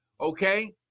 Okay